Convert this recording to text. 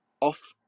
off